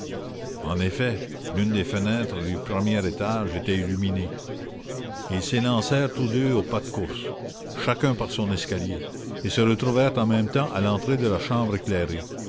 en effet l'une des fenêtres du premier étage était illuminée ils s'élancèrent tous deux au pas de course chacun par son escalier et se retrouvèrent en même temps à l'entrée de la chambre éclairée